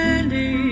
Andy